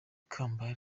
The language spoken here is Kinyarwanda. kamba